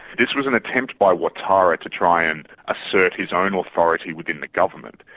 this was an attempt by ouattara to try and assert his own authority within the government.